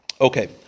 Okay